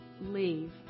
leave